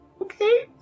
okay